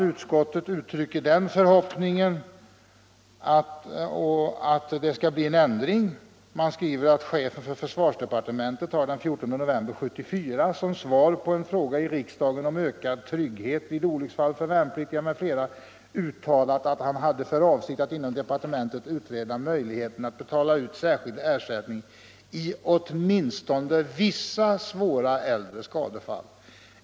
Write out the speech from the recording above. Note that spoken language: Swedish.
Utskottet uttrycker förhoppningen att det skall bli en ändring och skriver: ”Chefen för försvarsdepartementet har den 14 november 1974, som svar på en fråga i riksdagen om ökad trygghet vid olycksfall för värnpliktiga m.fl., uttalat att han hade för avsikt att inom departementet utreda möjligheten att betala ut särskild ersättning i åtminstone vissa svåra äldre skadefall.